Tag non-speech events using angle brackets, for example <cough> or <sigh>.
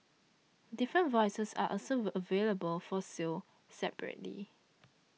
different voices are also <noise> available for sale separately